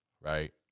right